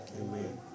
Amen